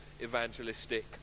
evangelistic